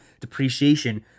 depreciation